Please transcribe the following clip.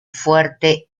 fuerte